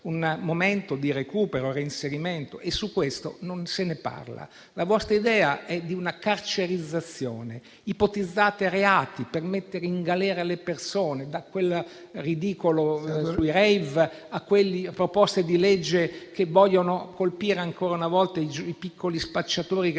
momento di recupero e reinserimento e di questo non se ne parla. La vostra idea è quella di una caratterizzazione: ipotizzate reati per mettere in galera le persone, da quel ridicolo provvedimento sui *rave* alle proposte di legge che vogliono colpire ancora una volta i piccoli spacciatori che